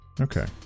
Okay